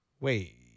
wait